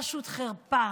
פשוט חרפה,